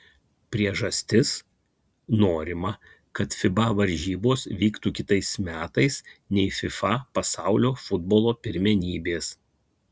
priežastis norima kad fiba varžybos vyktų kitais metais nei fifa pasaulio futbolo pirmenybės